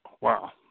Wow